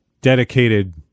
dedicated